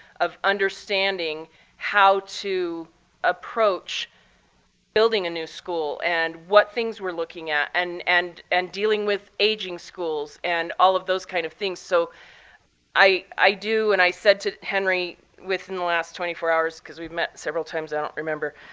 of understanding how to approach building a new school, and what things we're looking at, and and dealing with aging schools, and all of those kind of things. so i do, and i said to henry within the last twenty four hours because we've met several times, i don't remember,